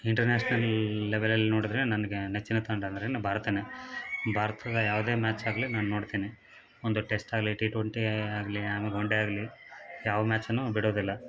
international ಲೆವೆಲಲ್ಲಿ ನೋಡಿದ್ರೆ ನನಗೆ ನೆಚ್ಚಿನ ತಂಡ ಅಂದರೆ ನಮ್ಮ ಭಾರತನೇ ಭಾರತದ ಯಾವುದೇ ಮ್ಯಾಚ್ ಆಗಲಿ ನಾನು ನೋಡ್ತಿನಿ ಒಂದು ಟೆಸ್ಟ್ ಆಗಲಿ ಟಿಟ್ವೆಂಟಿ ಆಗಲಿ ಆಮೇಲೆ ಒನ್ ಡೇ ಆಗಲಿ ಯಾವ ಮ್ಯಾಚ್ನ್ನೂ ಬಿಡೋದಿಲ್ಲ